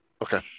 Okay